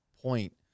point